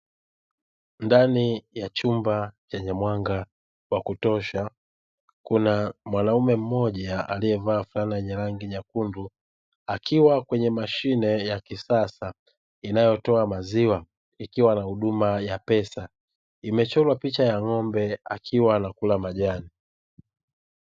Ndani ya chumba chenye mwanga wa kutosha kuna mwanaume mmoja aliyevaa fulana nyekundu, akiwa kwenye mashine ya kisasa inayotoa maziwa ikiwa na huduma ya pesa imechorwa picha ya ng'ombe akiwa anakula majani.